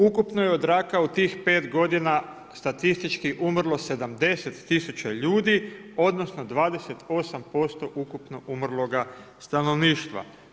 Ukupno je od raka u tih 5 godina statistički umrlo 70 000 ljudi odnosno 28% ukupnog umrloga stanovništva.